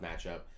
matchup